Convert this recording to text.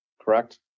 correct